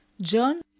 John